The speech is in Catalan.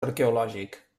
arqueològic